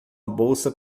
bolsa